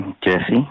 Jesse